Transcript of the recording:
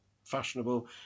fashionable